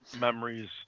Memories